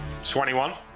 21